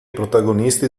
protagonisti